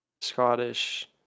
Scottish